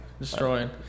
Destroying